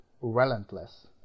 relentless